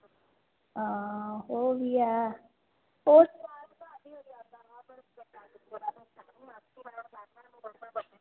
आं ओह् बी ऐ होर